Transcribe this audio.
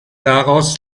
daraus